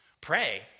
Pray